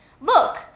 Look